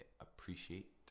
appreciate